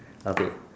okay